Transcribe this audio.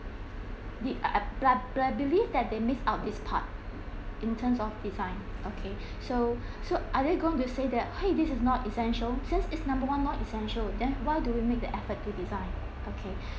but I believe that they miss out this part in terms of design okay so so other they're going to say that !hey! this is not essential essential since it's number one non essential then why do we make the effort to design okay